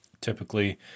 typically